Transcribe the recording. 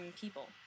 people